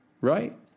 right